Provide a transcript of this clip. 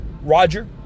Roger